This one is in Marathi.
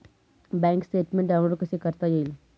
बँक स्टेटमेन्ट डाउनलोड कसे करता येईल?